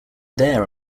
there